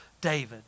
David